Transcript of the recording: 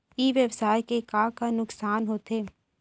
ई व्यवसाय के का का नुक़सान होथे?